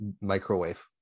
microwave